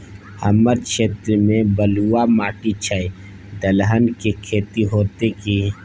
हमर क्षेत्र में बलुआ माटी छै, दलहन के खेती होतै कि?